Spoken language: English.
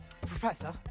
Professor